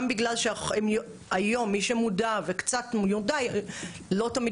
גם בגלל שהיום מי שמודע וקצת יודע לא תמיד